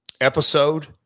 episode